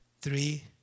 Three